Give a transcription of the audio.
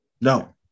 No